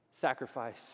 Sacrifice